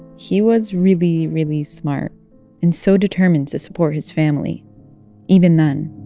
he was really, really smart and so determined to support his family even then